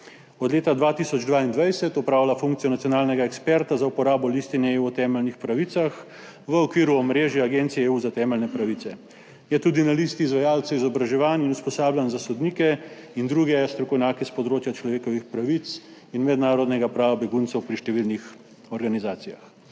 Od leta 2022 opravlja funkcijo nacionalnega eksperta za uporabo Listine Evropske unije o temeljnih pravicah v okviru omrežja Agencije Evropske unije za temeljne pravice. Je tudi na listi izvajalcev izobraževanj in usposabljanj za sodnike in druge strokovnjake s področja človekovih pravic in mednarodnega prava beguncev pri številnih organizacijah.